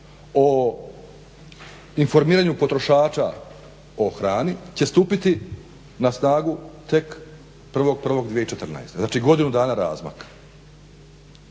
o informiranju potrošača o hrani će stupiti na snagu tek 1. 1. 2014. znači godinu dana razmak.